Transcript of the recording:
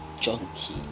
junkie